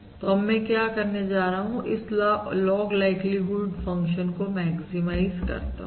तो अब मैं क्या करने जा रहा हूं इस लॉग लाइक्लीहुड फंक्शन को मैक्सिमाइज करता हूं